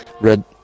Red